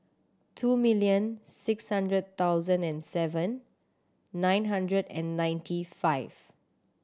two milion six hundred thousand and seven nine hundred and ninety five